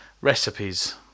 recipes